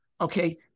okay